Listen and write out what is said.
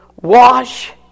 wash